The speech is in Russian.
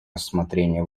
рассмотрение